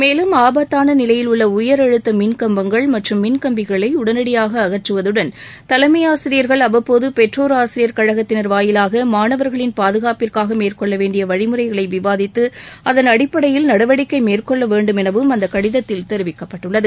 மேலும் ஆபத்தான நிலையில் உள்ள உயர் அழுத்த மின் கம்பங்கள் மற்றும் மின் கம்பிகளை உடனடியாக அகற்றுவதுடள் தலைமை ஆசிரியர்கள் அவ்வப்போது பெற்றோர் ஆசிரியர் கழகத்தினர் வாயிலாக மாணவர்களின் பாதுகாப்பிற்காக மேற்கொள்ள வேண்டிய வழிமுறைகளை விவாதித்து அதன் அடிப்படையில் நடவடிக்கை மேற்கொள்ள வேண்டும் எனவும் அந்த கடிதத்தில் தெரிவிக்கப்பட்டுள்ளது